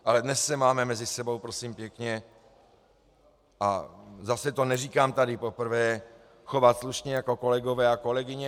Ale dnes se máme mezi sebou, prosím pěkně, a zase to neříkám tady poprvé, chovat slušně jako kolegové a kolegyně.